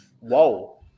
Whoa